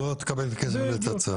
לא תקבל כסף לתצ"ר.